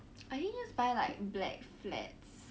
I think just buy like black flats